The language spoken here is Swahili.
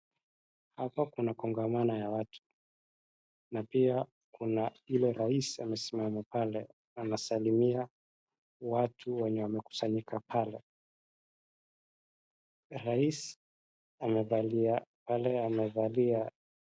Hapa kuna kongamano ya watu na pia kuna ile rais amesimama pale anasalimia watu wenye wamekusanyika pale. Rais amevalia, pale amevalia.